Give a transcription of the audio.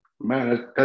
man